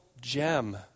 gem